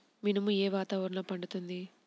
మినుము ఏ వాతావరణంలో పండుతుంది?